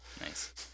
Nice